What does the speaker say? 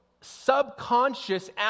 subconscious